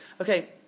Okay